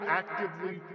actively